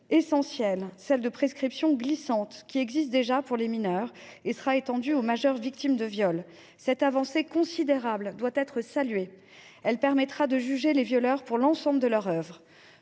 essentielle, celle de prescription glissante, qui existe déjà pour les mineurs et qui sera étendue aux majeurs victimes de viol. Cette avancée considérable doit être saluée : elle permettra de juger les violeurs pour l’ensemble de leur « œuvre